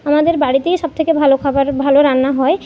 আমাদের বাড়িতেই সবথেকে ভালো খাবার ভালো রান্না হয়